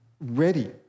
ready